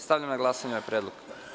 Stavljam na glasanje ovaj predlog.